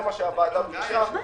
זה מה שהוועדה ביקשה.